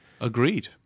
Agreed